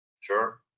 Sure